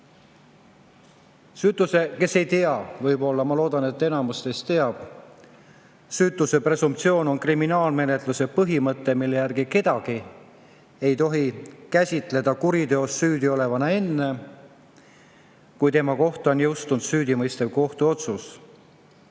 põhiõigust. Kes ei tea võib-olla, ma loodan, et enamus teist teab, siis süütuse presumptsioon on kriminaalmenetluse põhimõte, mille järgi kedagi ei tohi käsitleda kuriteos süüdi olevana enne, kui tema kohta on jõustunud süüdimõistev kohtuotsus.